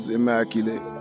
immaculate